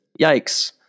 Yikes